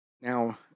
now